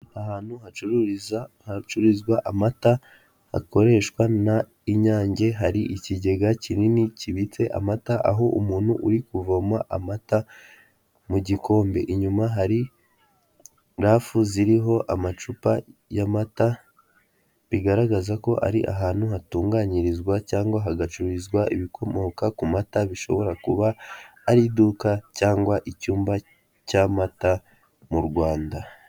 Ahantu hacururizwa amata hakoreshwa n'inyange hari ikigega kinini kibitse amata aho umuntu uri kuvoma amata mu gikombe, inyuma hari rafu ziriho amacupa y'amata bigaragaza ko ari ahantu hatunganyirizwa cyangwa hagacururizwa ibikomoka ku mata bishobora kuba ari iduka cyangwa icyumba cy'amata mu Rwanda.